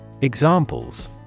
Examples